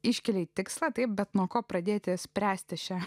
iškelia tikslą taip bet nuo ko pradėti spręsti šią